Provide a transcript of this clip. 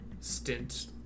stint